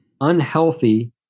unhealthy